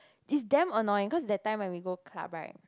it's damn annoying cause that time when we go club right